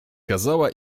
kazała